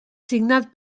signat